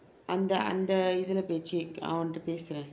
அந்த அந்த இதில பொய்:antha antha ithila poi ch~ அவனிடம் பேசுறேன்:avanidam pesuraen